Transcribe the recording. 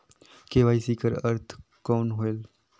KYC कर अर्थ कौन होएल?